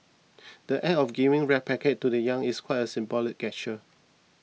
the Act of giving red packets to the young is quite a symbolic gesture